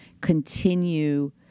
continue